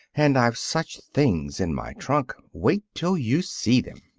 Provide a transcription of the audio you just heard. and i've such things in my trunk! wait till you see them.